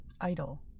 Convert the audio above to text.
Idle